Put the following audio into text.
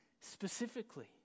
specifically